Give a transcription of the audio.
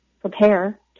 prepare